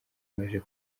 baje